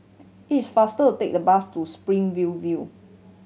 it is faster to take the bus to Spring View View